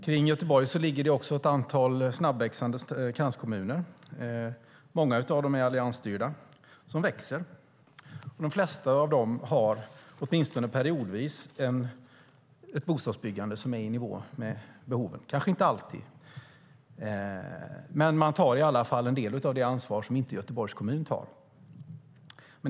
Kring Göteborg ligger också ett antal snabbväxande kranskommuner - många av dem alliansstyrda - som växer. De flesta av dem har åtminstone periodvis ett bostadsbyggande som är i nivå med behoven. De kanske inte alltid har det, men de tar i alla fall en del av det ansvar som Göteborgs kommun inte tar.